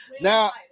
Now